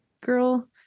girl